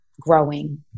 growing